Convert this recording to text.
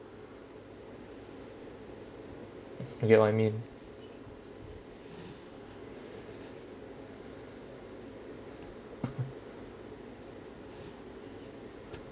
you get what I mean